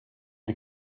you